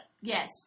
Yes